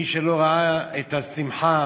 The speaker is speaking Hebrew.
מי שלא ראה את השמחה